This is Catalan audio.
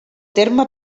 terme